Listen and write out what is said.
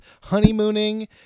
honeymooning